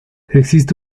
existe